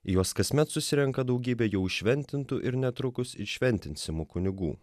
juos kasmet susirenka daugybė jau šventintų ir netrukus įšventinsimų kunigų